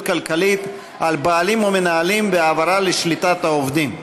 כלכלית על בעלים ומנהלים והעברה לשליטת העובדים),